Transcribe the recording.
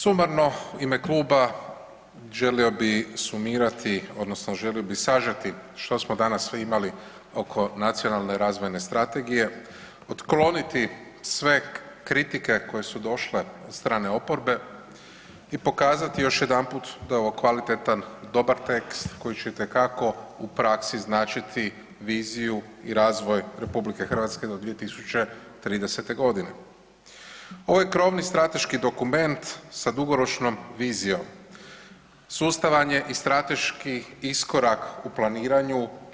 Sumarno u ime kluba želio bih sumirati odnosno želio bih sažeti što smo danas sve imali oko Nacionalne razvojne strategije, otkloniti sve kritike koje su došle od strane oporbe i pokazati još jedanput da je ovo kvalitetan, dobar tekst koji će itekako u praksi značiti viziju i razvoj RH do 2030.g. Ovo je krovni strateški dokument sa dugoročnom vizijom, sustavan je i strateški iskorak u planiranju.